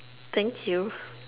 thank you